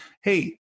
Hey